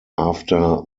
after